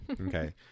Okay